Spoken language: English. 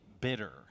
bitter